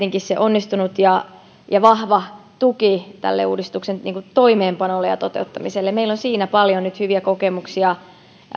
onnistunut ja ja vahva tuki uudistuksen toimeenpanolle ja toteuttamiselle meillä on siinä mahdollista kerätä nyt paljon hyviä kokemuksia